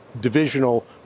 divisional